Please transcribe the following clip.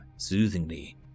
Soothingly